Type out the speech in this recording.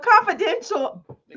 confidential